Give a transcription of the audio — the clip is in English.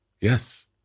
Yes